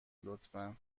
لطفا